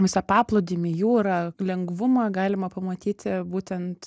visą paplūdimį jūrą lengvumą galima pamatyti būtent